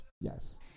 Yes